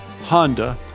Honda